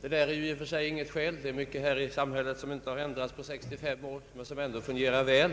Detta är i och för sig inte något skäl — det är mycket här i samhället som inte har ändrats på 65 år men som ändå fungerar väl.